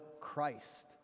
Christ